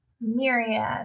Myriad